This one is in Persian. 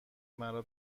مرا